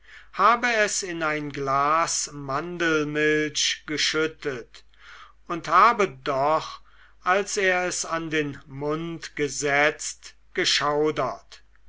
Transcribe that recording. habe es in ein glas mandelmilch geschüttet und habe doch als er es an den mund gesetzt geschaudert